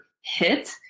hit